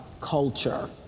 culture